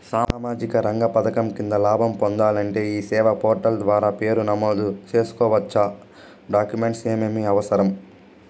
సామాజిక రంగ పథకం కింద లాభం పొందాలంటే ఈ సేవా పోర్టల్ ద్వారా పేరు నమోదు సేసుకోవచ్చా? డాక్యుమెంట్లు ఏమేమి అవసరం?